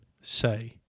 say